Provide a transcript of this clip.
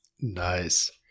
Nice